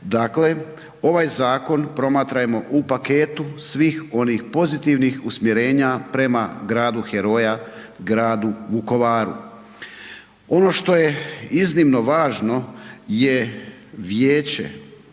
Dakle, ovaj zakon promatrajmo u paketu svih onih pozitivnih usmjerenja prema gradu heroja, gradu Vukovaru. Ono što je zinimo važno je vijeće